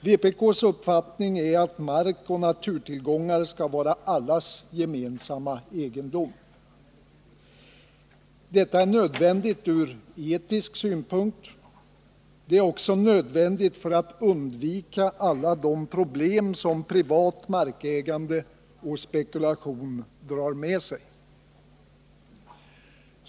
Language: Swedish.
Vpk:s uppfattning är att mark och naturtillgångar skall vara allas gemensamma egendom. Detta är nödvändigt ur etisk synpunkt. Det är också nödvändigt för att undvika alla de problem som privat markägande och spekulation drar med sig.